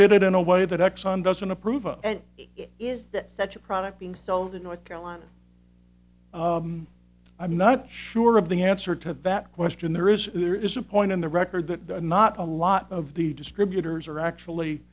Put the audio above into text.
did it in a way that exxon doesn't approve of and is that such a product being sold in north carolina i'm not sure of the answer to that question there is there is a point in the record that not a lot of the distributors are actually